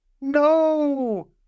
No